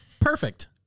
Perfect